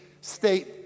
state